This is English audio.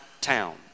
town